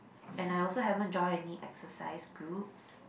and I also haven't joined any exercise groups